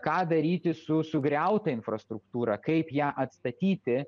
ką daryti su sugriauta infrastruktūra kaip ją atstatyti